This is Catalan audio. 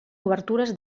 obertures